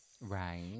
Right